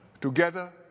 Together